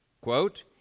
Quote